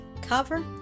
cover